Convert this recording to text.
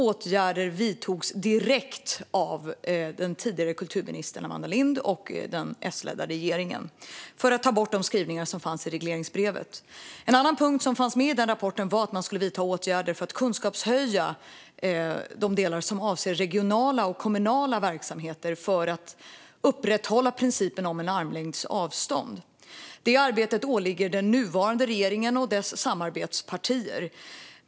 Åtgärder vidtogs direkt av kulturminister Amanda Lind och den S-ledda regeringen för att ta bort de skrivningar som fanns i regleringsbrevet. En annan punkt som fanns med i rapporten var att man skulle vidta åtgärder för kunskapshöjning avseende de delar som handlar om regionala och kommunala verksamheter för att upprätthålla principen om armlängds avstånd. Det arbetet åligger den nuvarande regeringen och dess samarbetspartier.